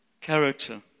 character